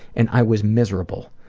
and i was miserable.